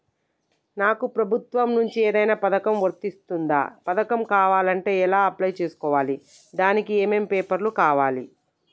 నాకు ప్రభుత్వం నుంచి ఏదైనా పథకం వర్తిస్తుందా? పథకం కావాలంటే ఎలా అప్లై చేసుకోవాలి? దానికి ఏమేం పేపర్లు కావాలి?